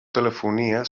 telefonia